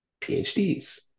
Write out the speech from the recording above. PhDs